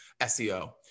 SEO